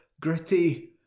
gritty